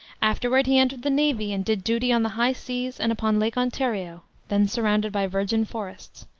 afterward he entered the navy and did duty on the high seas and upon lake ontario, then surrounded by virgin forests.